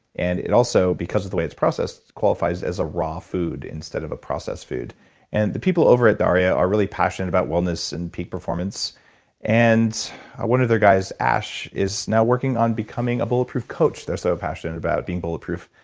and it also, because of the way it's processed, qualifies as a raw food instead of a processed food and the people over at daria are really passionate about wellness and peak performance and one of their guys, ash, is now working on becoming a bulletproof coach, they're so passionate about being bulletproof.